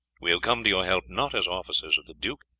we have come to your help not as officers of the duke,